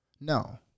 No